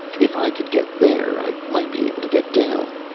if i could get there, i might be able to get down.